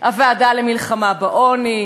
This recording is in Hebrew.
הוועדה למלחמה בעוני,